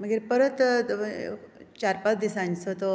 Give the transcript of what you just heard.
परत चार पांच दिसांचो तो